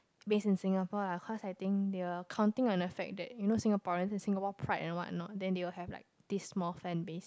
based in Singapore lah cause I think they were counting on the fact that you know Singaporean Singapore pride and what not then they will have like this small fanbase